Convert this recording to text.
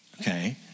okay